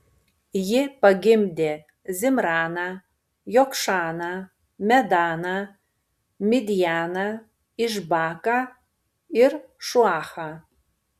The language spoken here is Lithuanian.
ji pagimdė zimraną jokšaną medaną midjaną išbaką ir šuachą